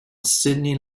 sidney